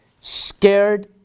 scared